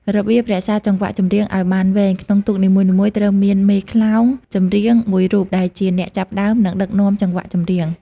របៀបរក្សាចង្វាក់ចម្រៀងឲ្យបានវែង ក្នុងទូកនីមួយៗ ត្រូវមាន មេខ្លោងចម្រៀង មួយរូបដែលជាអ្នកចាប់ផ្តើម និងដឹកនាំចង្វាក់ចម្រៀង។